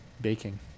Baking